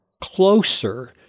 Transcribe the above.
closer